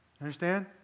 Understand